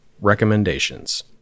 recommendations